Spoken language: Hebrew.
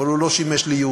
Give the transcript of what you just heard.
אבל הוא לא שימש לייעודו.